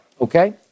Okay